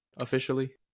Officially